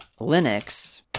linux